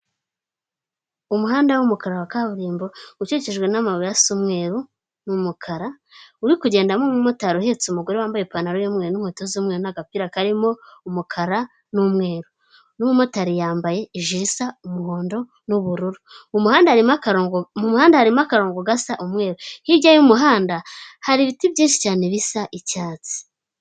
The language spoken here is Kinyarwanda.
Umuhanda w'umukara wa kaburimbo ukikijwe n'amabuye asa umweru n'umukara, uri kugendamo umumotari uhetse umugore wambaye ipantaro y'umumweru n'inkweto z'umweru n'agapira karimo umukara n'umweru, n'umumotari yambaye ijire isa umuhondo n'ubururu, mu muhanda harimo akarongo gasa umweru hirya y'umuhanda hari ibiti byinshi cyane bisa icyatsi.